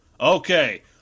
Okay